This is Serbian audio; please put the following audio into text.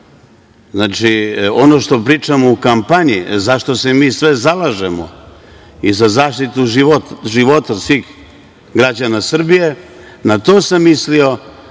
znamo. Znači, ono što pričamo u kampanji za šta se mi sve zalažemo i za zaštitu života svih građana Srbije, na to sam mislio